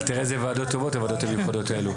אבל תראה איזה ועדות טובות הוועדות המיוחדות האלו.